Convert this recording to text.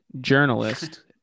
journalist